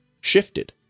shifted